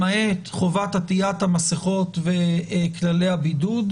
למעט חובת עטית המסכות וכללי הבידוד,